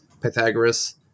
Pythagoras